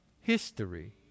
History